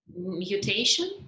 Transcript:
mutation